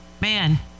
man